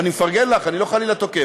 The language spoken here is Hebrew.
אני מפרגן לך, אני לא תוקף,